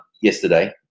yesterday